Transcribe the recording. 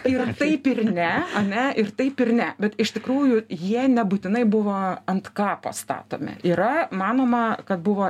tai yra taip ir ne ane ir taip ir ne bet iš tikrųjų jie nebūtinai buvo ant kapo statomi yra manoma kad buvo